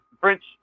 French